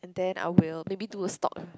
then I will maybe do stock